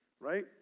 right